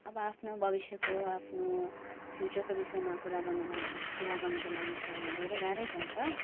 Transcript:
अब आफ्नो भविष्यको आफ्नो फ्युचरको विषयमा कुरा गर्नुपर्दा कुरा गर्नुको लागि चाहिँ अब धेरै गाह्रै पर्छ